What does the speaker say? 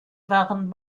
waren